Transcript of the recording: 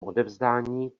odevzdání